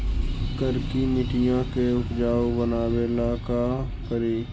करिकी मिट्टियां के उपजाऊ बनावे ला का करी?